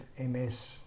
ms